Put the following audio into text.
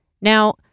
Now